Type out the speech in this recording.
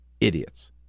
idiots